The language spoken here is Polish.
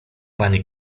panie